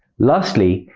lastly,